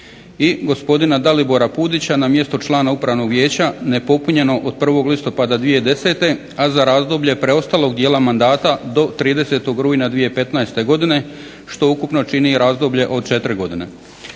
I gospodina Dalibora Pudića na mjesto člana Upravnog vijeća nepopunjeno od 1 listopada 2010., a za razdoblje preostalog dijela mandata do 30. rujna 2015. godine, što ukupno čini razdoblje od 4 godine.